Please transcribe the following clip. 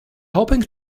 hoping